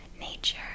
nature